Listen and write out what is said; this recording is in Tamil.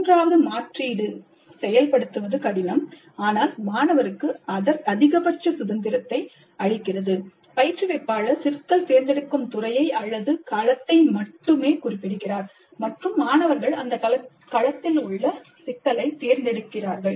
மூன்றாவது மாற்றீடு செயல்படுத்துவது கடினம் ஆனால் மாணவருக்கு அதிகபட்ச சுதந்திரத்தை அளிக்கிறது பயிற்றுவிப்பாளர் சிக்கல் தேர்ந்தெடுக்கப்படும் துறையை அல்லது களத்தை மட்டுமே குறிப்பிடுகிறார் மற்றும் மாணவர்கள் அந்தக் களத்தில் உள்ள சிக்கலைத் தேர்ந்தெடுக்கிறார்கள்